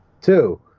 Two